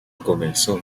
comenzó